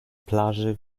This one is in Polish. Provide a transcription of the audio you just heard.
plaży